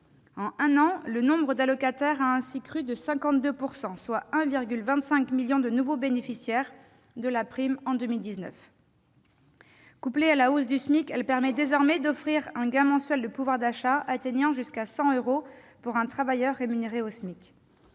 En un an, le nombre d'allocataires a ainsi crû de 52 %, soit 1,25 million de nouveaux bénéficiaires de la prime en 2019. Couplée à la hausse du SMIC, elle permet désormais d'offrir un gain mensuel de pouvoir d'achat atteignant jusqu'à 100 euros pour un travailleur rémunéré au SMIC.